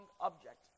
object